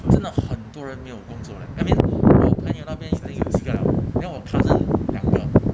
真的很多人没有工作 leh I mean 我朋友那边一定有一个 liao then 我 cousin 两个